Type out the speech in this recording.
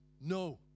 no